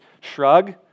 shrug